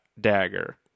dagger